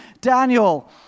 Daniel